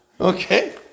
Okay